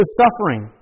suffering